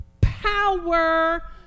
power